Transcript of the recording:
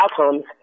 outcomes